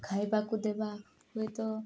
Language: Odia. ଖାଇବାକୁ ଦେବା ହୁଏତ